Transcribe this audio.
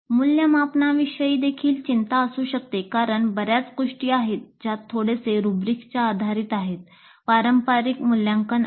मूल्यमापनाविषयी देखील चिंता असू शकते कारण बर्याच गोष्टी आहेत ज्यात थोडेसे रुब्रिक्सच्या आधारित आहेत व्यक्तिपरक मूल्यांकन आहेत